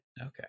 Okay